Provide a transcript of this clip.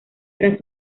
tras